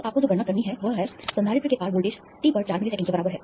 तो आपको जो गणना करनी है वह है संधारित्र के पार वोल्टेज t पर 4 मिलीसेकंड के बराबर है